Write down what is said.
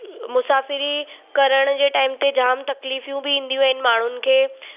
मुसाफ़िरी करण जे टाइम जामु तकलीफ़ूं बि ईंदियूं आहिनि माण्हुनि खे